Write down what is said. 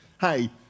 hey